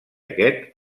aquest